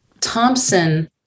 thompson